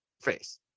face